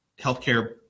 healthcare